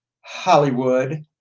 Hollywood